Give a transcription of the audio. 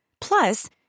Plus